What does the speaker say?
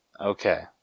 Okay